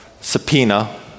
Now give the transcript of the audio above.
subpoena